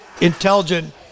intelligent